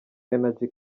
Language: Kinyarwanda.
energy